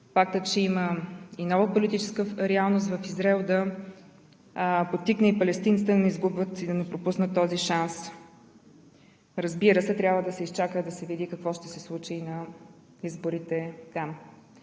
фактът, че има нова политическа реалност в Израел, да подтикне палестинците да не изгубват и да не пропускат този шанс. Разбира се, трябва да се изчака и да се види какво ще се случи на изборите там.